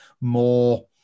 more